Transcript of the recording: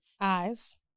Eyes